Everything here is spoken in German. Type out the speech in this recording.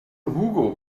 hugo